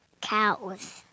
Cows